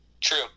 True